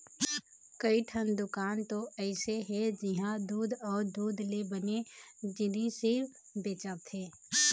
कइठन दुकान तो अइसे हे जिंहा दूद अउ दूद ले बने जिनिस ही बेचाथे